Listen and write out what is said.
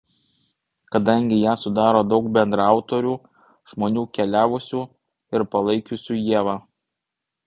kadangi ją sudaro daug bendraautorių žmonių keliavusių ir palaikiusių ievą